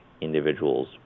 individuals